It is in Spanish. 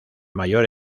mayor